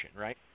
right